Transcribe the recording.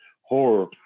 horror